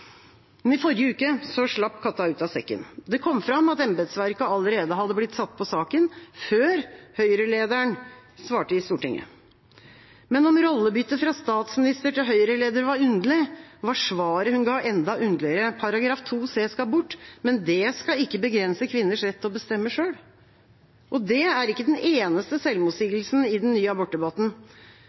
Men om rollebyttet fra statsminister til Høyre-leder var underlig, var svaret hun ga, enda underligere: § 2 c skal bort, men det skal ikke begrense kvinners rett til å bestemme selv. Og det er ikke den eneste selvmotsigelsen i den nye abortdebatten.